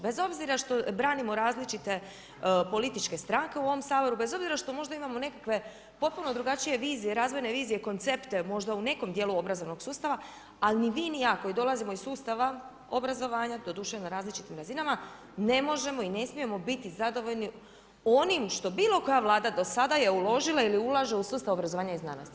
Bez obzira što branimo različite političke stranke u ovom Saboru, bez obzira što možda imamo nekakve potpuno drugačije vizije, razvojne vizije, koncepte, možda u nekom dijelu obrazovnog sustava, ali ni vi ni ja, koji dolazimo iz sustava obrazovanja, doduše na različitim ražinima, ne možemo i ne smijemo biti zadovoljni onim što bilo koja vlada do sada je uložili ili je ulaže u sustav obrazovanja i znanosti.